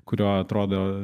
kuriuo atrodo